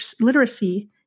literacy